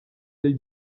lill